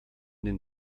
den